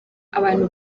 abantu